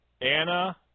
Anna